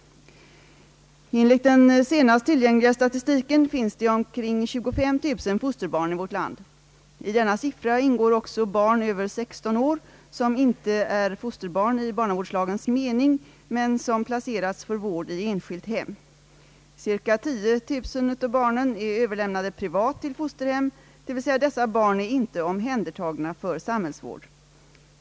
Enligt den senast tillgängliga statistiken finns det omkring 25 000 foster barn i vårt land. I denna siffra ingår också barn över 16 år, som inte är fosterbarn i barnavårdslagens mening, men som placerats för vård i enskilt hem. Ca 10 000 av barnen är överlämnade privat till fosterhem, dvs. dessa barn är inte omhändertagna för samhällsvård.